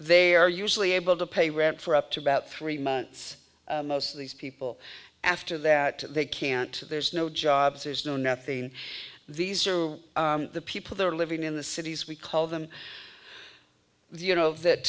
they're usually able to pay rent for up to about three months most of these people after that they can't there's no jobs there's no nothing these are the people they're living in the cities we call them you know of that